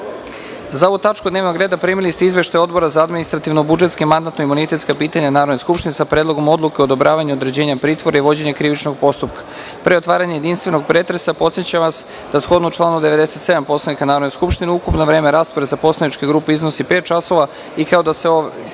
ovu tačku dnevnog reda primili ste Izveštaj Odbora za administrativno-budžetska i mandatno-imunitetska pitanja Narodne skupštine, sa predlogom odluke o odobravanju određivanja pritvora i vođenja krivičnog postupka. Pre otvaranja jedinstvenog pretresa podsećam vas da shodno članu 97. Poslovnika Narodne skupštine ukupno vreme rasprave za poslaničke grupe iznosi pet časova, i kao da se ovo